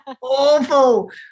awful